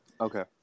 Okay